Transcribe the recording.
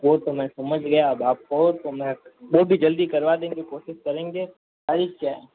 वो तो मैं समझ गया अब आप कहो तो मैं मैं भी जल्दी करवा देंगे कोशिश करेंगे तारीख़ क्या है